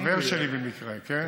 חבר שלי, במקרה, כן?